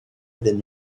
iddyn